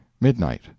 Midnight